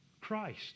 Christ